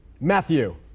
Matthew